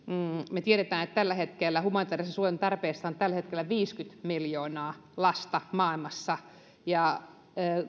me tiedämme että tällä hetkellä humanitäärisen suojelun tarpeessa on viisikymmentä miljoonaa lasta maailmassa